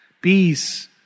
Peace